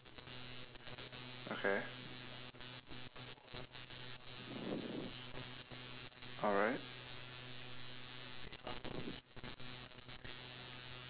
okay alright